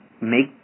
make